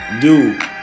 dude